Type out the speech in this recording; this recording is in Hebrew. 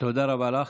תודה רבה לך.